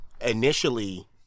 initially